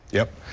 yep.